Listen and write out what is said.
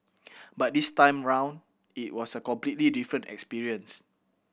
but this time around it was a completely different experience